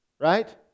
Right